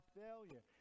failure